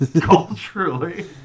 culturally